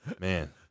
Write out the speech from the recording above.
man